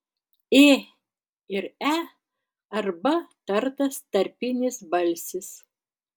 ė ir e arba tartas tarpinis balsis